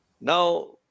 Now